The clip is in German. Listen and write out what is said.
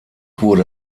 wurde